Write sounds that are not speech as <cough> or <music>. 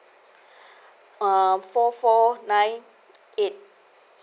<breath> uh four four nine eight